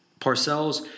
Parcells